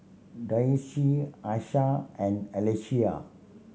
Dayse Asha and Alesia